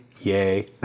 yay